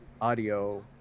audio